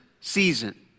season